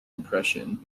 compression